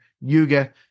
Yuga